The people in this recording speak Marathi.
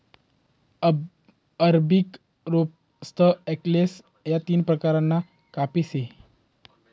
अरबिका, रोबस्ता, एक्सेलेसा या तीन प्रकारना काफी से